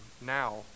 now